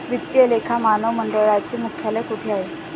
वित्तीय लेखा मानक मंडळाचे मुख्यालय कोठे आहे?